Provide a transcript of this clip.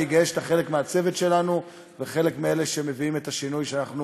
אני גאה שאתה חלק מהצוות שלנו ואחד מאלה שמביאים את השינוי שאנחנו